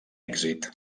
èxit